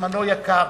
זמנו יקר,